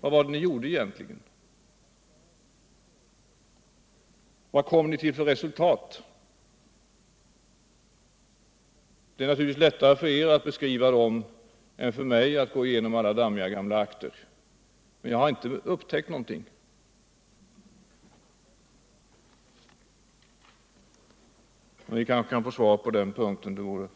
Vad var det ni gjorde egentligen? Vad kom ni till för resultat? Det är naturligtvis lättare för er att beskriva dem än det är för mig att gå igenom alla gamla dammiga akter. Men jag har inte upptäckt någonting. Vi kanske kan få svar på den punkten. Det vore